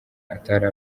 atari